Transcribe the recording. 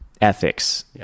ethics